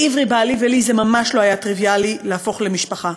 לעברי בעלי ולי זה ממש לא היה טריוויאלי להפוך למשפחה.